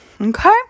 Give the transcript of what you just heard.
okay